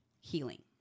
healing